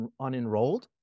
unenrolled